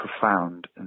profound